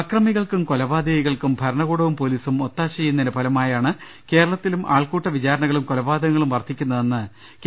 അക്രമികൾക്കും കൊലപാതകികൾക്കും ഭരണകൂടവും പോലീസും ഒത്താശ ചെയ്യുന്നതിന്റെ ഫലമായാണ് കേരളത്തിലും ആൾക്കൂട്ട വിചാരണകളും കൊലപാതകങ്ങളും വർദ്ധിക്കുന്നതെന്ന് കെ